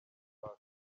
uwaka